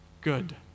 good